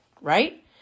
right